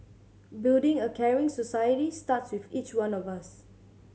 building a caring society starts with each one of us